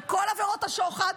ובכל עבירות השוחד,